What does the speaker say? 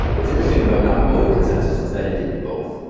what's interesting about nakamoto consensus is that it did both.